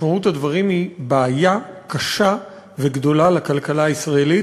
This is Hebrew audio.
משמעות הדברים היא בעיה קשה וגדולה לכלכלה הישראלית,